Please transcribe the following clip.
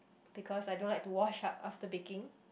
because I don't like to wash up after baking